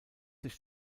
sich